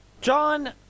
John